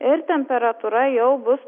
ir temperatūra jau bus